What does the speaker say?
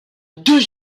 deux